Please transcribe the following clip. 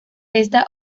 esta